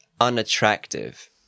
unattractive